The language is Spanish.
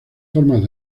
formas